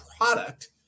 product